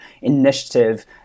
Initiative